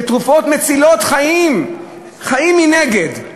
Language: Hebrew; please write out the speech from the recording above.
לתרופות מצילות חיים, חיים מנגד,